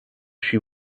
she